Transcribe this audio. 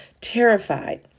terrified